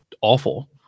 awful